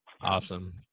Awesome